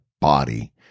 body